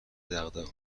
دغدغه